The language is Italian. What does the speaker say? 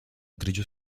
grigio